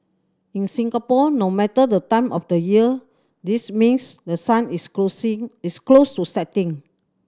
in Singapore no matter the time of the year this means the sun is closing is close to setting